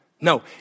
No